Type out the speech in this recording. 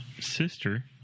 sister